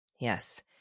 Yes